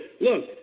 look